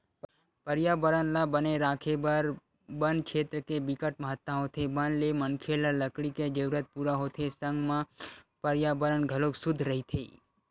परयाबरन ल बने राखे बर बन छेत्र के बिकट महत्ता होथे बन ले मनखे ल लकड़ी के जरूरत पूरा होथे संग म परयाबरन घलोक सुद्ध रहिथे